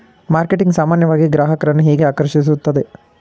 Marketing ಸಾಮಾನ್ಯವಾಗಿ ಗ್ರಾಹಕರನ್ನು ಹೇಗೆ ಆಕರ್ಷಿಸುತ್ತದೆ?